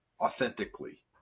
authentically